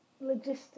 logistics